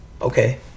Okay